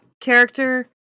character